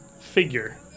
figure